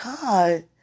God